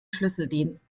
schlüsseldienst